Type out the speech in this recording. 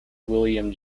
william